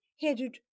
headed